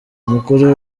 umukuru